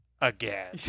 again